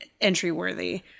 entry-worthy